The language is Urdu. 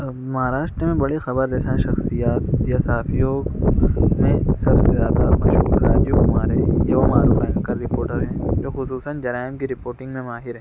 مہاراشٹر میں بڑی خبر رساں شخصیات یا صحافیوں میں سب سے زیادہ مشہور راجیو کمار ہے یہ وہ معروف اينكر رپورٹر ہيں جو خصوصاً جرائم كى رپورٹنگ ميں ماہر ہیں